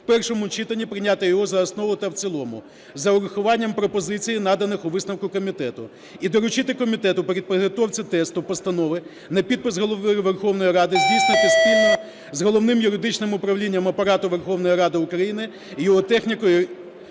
в першому читанні прийняти його за основу та в цілому з урахуванням пропозицій, наданих у висновку комітету, і доручити комітету при підготовці тексту постанови на підпис Голові Верховної Ради здійснити спільно з Головним юридичним управлінням Апарату Верховної Ради України його техніко-юридичне